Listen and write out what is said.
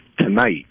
tonight